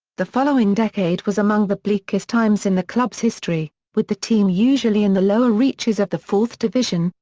the following decade was among the bleakest times in the club's history, with the team usually in the lower reaches of the fourth division,